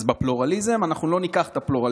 אז בפלורליזם, אנחנו לא ניקח את הפלורליזם,